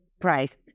price